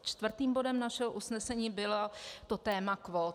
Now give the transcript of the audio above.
Čtvrtým bodem našeho usnesení bylo téma kvót.